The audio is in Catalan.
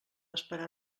esperar